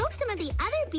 like some of the other bh.